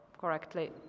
correctly